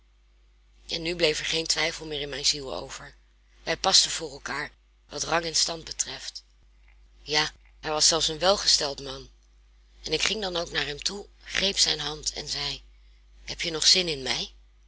en nu bleef er geen twijfel meer in mijn ziel over wij pasten voor elkaar wat rang en stand betreft ja hij was zelfs een welgesteld man en ik ging dan ook naar hem toe greep zijn hand en zei heb je nog zin in mij